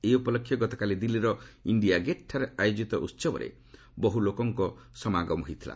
ଏହି ଉପଲକ୍ଷେ ଗତକାଲି ଦିଲ୍ଲୀର ଇଣ୍ଡିଆ ଗେଟ୍ଠାରେ ଆୟୋଜିତ ଉସବରେ ବହୁ ଲୋକଙ୍କ ସମାଗମ ହୋଇଥିଲା